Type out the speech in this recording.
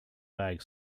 bag